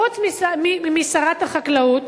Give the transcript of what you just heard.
חוץ משרת החקלאות